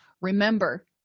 remember